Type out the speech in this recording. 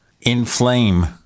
inflame